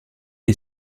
est